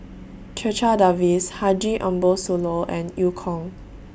Checha Davies Haji Ambo Sooloh and EU Kong